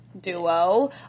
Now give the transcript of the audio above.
Duo